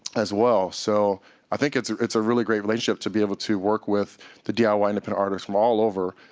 as well. so i think it's ah it's a really great relationship, to be able to work with the diy ah independent and but artists from all over,